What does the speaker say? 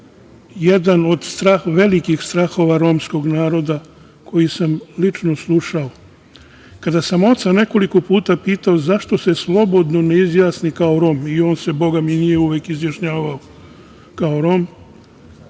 jedan od velikih strahova romskog naroda koji sam lično slušao. Kada sam oca nekoliko puta pitao zašto se slobodno ne izjasni kao Rom i on se bogami nije uvek izjašnjavao kao Rom,